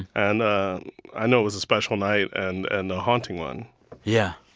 and ah i know it was a special night and and a haunting one yeah.